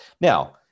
Now